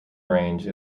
range